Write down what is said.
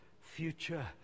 future